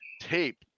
tape